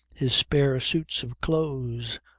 his spare suits of clothes,